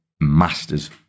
masters